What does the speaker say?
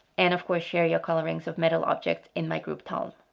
and of course share your colorings of metal objects in my group talm.